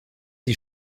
die